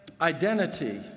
identity